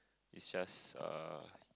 is just uh